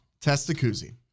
Testacuzzi